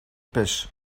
pêchent